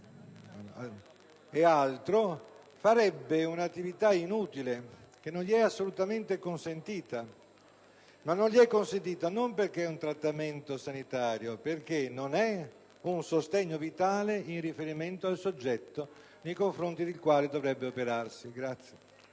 e altro farebbe un'attività inutile che non gli è assolutamente consentita. Ma non gli é consentita non perché è un trattamento sanitario, ma perché non è un sostegno vitale in riferimento al soggetto nei confronti del quale dovrebbe operarsi.